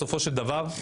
בסופו של דבר,